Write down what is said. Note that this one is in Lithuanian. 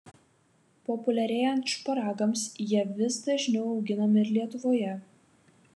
populiarėjant šparagams jie vis dažniau auginami ir lietuvoje